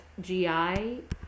GI